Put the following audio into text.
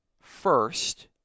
First